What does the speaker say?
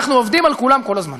אנחנו עובדים על כולם כל הזמן.